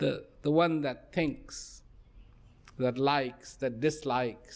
the the one that thinks that likes that dislike